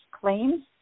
claims